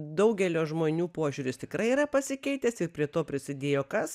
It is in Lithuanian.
daugelio žmonių požiūris tikrai yra pasikeitęs ir prie to prisidėjo kas